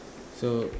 so